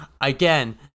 Again